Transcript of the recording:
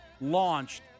launched